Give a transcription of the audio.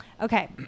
Okay